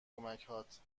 کمکهات